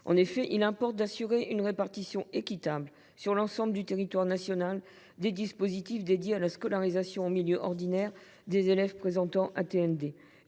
Il importe d’assurer une répartition équitable sur l’ensemble du territoire national des dispositifs consacrés à la scolarisation en milieu ordinaire des élèves présentant un